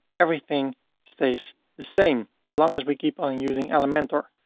everything stays the same, as long as we keep on using elementor.